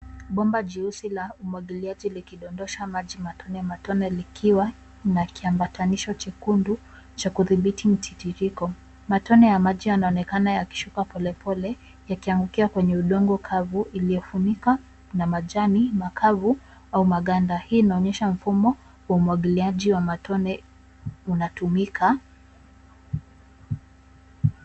Bomba jeusi la umwagiliaji likidondosha maji matone matone likiwa na kiambatanisho chekundu cha kudhibiti mtiririko , matone ya maji yanaonekana yakishuka polepole yakiangukia kwenye udongo kavu iliyofunika na majani makavu au maganda, hii inaonyesha mfumo wa umwagiliaji wa matone unatumika.